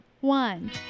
one